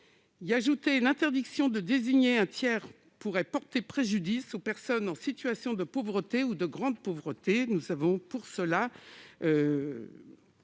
étant, l'interdiction de désigner un tel tiers pourrait porter préjudice aux personnes en situation de pauvreté ou de grande pauvreté. Les associations